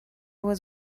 was